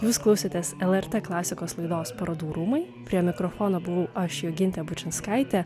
jūs klausėtės lrt klasikos laidos parodų rūmai prie mikrofono buvau aš jogintė bučinskaitė